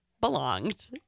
belonged